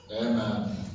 Amen